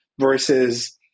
versus